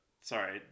sorry